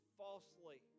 falsely